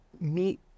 meet